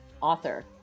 author